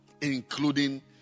including